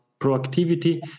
proactivity